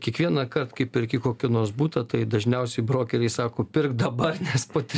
kiekvienąkart kai perki kokį nors butą tai dažniausiai brokeriai sako pirk dabar nes pati